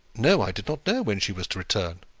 no i did not know when she was to return.